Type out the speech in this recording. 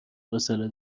فاصله